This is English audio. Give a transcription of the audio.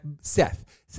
Seth